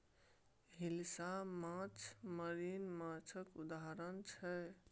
हिलसा माछ मरीन माछक उदाहरण छै